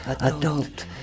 adult